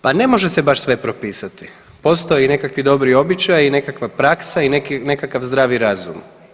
Pa ne može se baš sve propisati, postoje nekakvi dobri običaji i nekakva praksa i nekakav zdravi razum.